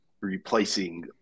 replacing